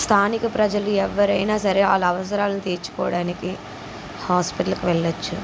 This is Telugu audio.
స్థానిక ప్రజలు ఎవరైనా సరే వాళ్ళ అవసరాలు తీర్చుకోడానికి హాస్పిటల్కి వెళ్ళొచ్చు